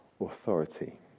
authority